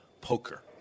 poker